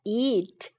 eat